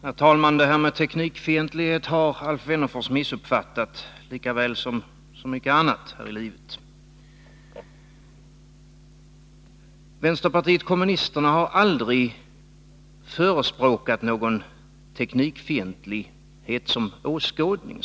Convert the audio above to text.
Herr talman! Det här med teknikfientlighet har Alf Wennerfors missuppfattat, liksom så mycket annat här i livet. Vänsterpartiet kommunisterna har aldrig förespråkat någon teknikfientlighet som åskådning.